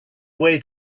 way